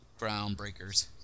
groundbreakers